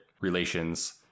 relations